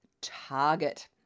target